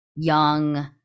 Young